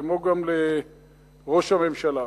כמו גם לראש הממשלה,